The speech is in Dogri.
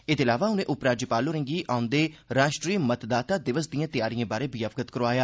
एहदे अलावा उनें उपराज्यपाल होरें' गी औंदे राष्ट्री मतदाता दिवस दिएं त्यारिएं बारै बी अवगत करोआया